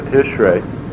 Tishrei